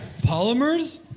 polymers